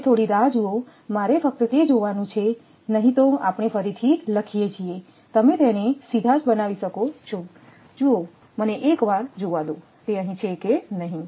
તમે થોડી રાહ જુઓ મારે ફક્ત તે જોવાનું છે નહીં તો આપણે ફરીથી લખીએ છીએ તમે તેને સીધા જ બનાવી શકો છો જુઓ મને એક વાર જોવા દો તે અહીં છે કે નહીં